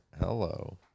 hello